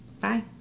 Bye